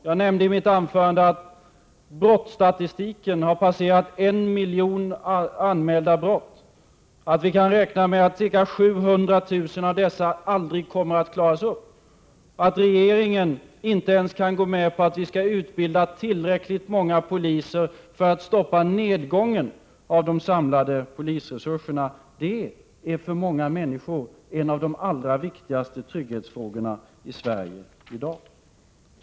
Jag nämnde tidigare att man i brottsstatistiken har passerat en miljon anmälda brott, att man kan räkna med att ca 700 000 av dessa aldrig kommer att klaras upp samt att regeringen inte ens kan gå med på att vi skall utbilda tillräckligt många poliser för att stoppa nedgången av de samlade polisresurserna. Detta är för många människor en av de allra viktigaste trygghetsfrågorna i Sverige i dag.